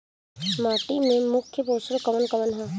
माटी में मुख्य पोषक कवन कवन ह?